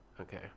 Okay